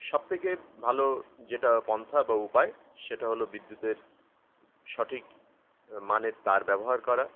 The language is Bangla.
সব থেকে ভালো যেটা পন্থা বা উপায় সেটা হলো বিদ্যুতের সঠিক মানের তার ব্যবহার করা